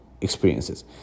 experiences